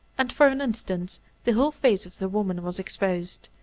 and for an instant the whole face of the woman was exposed.